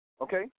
Okay